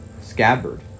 scabbard